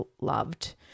loved